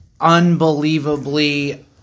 unbelievably